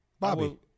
Bobby